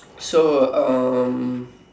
so um